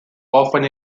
often